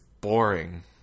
boring